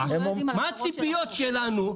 מה הציפיות שלנו?